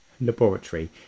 laboratory